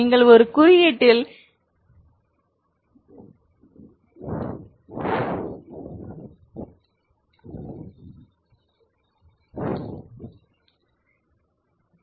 நீங்கள் ஒரு குறியீட்டில் ⟨X Y⟩X